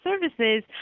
Services